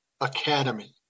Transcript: academy